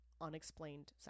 unexplained